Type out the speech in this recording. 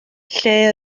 lle